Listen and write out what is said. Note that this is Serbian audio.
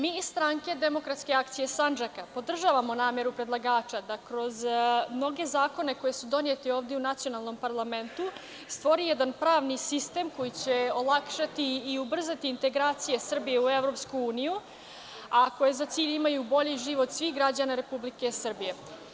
Mi iz stranke SDA Sandžaka podržavamo nameru predlagača da kroz mnoge zakone koji su doneti ovde u nacionalnom parlamentu stvori jedan pravni sistem koji će olakšati i ubrzati integracije Srbije u EU, a koja za cilj imaju bolji život svih građana Republike Srbije.